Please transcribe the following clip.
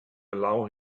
allow